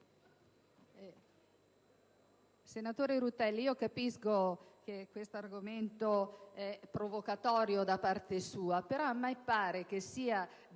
Senatore Rutelli, capisco che questo argomento è provocatorio da parte sua, però, a me pare che sia